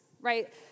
Right